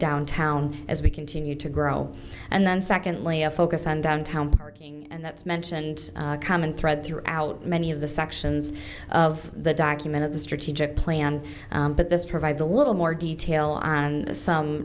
downtown as we continue to grow and then secondly a focus on downtown parking and that's mentioned common thread throughout many of the sections of the document of the strategic plan but this provides a little more detail on some